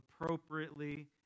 appropriately